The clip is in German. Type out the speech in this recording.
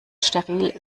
steril